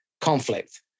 conflict